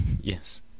Yes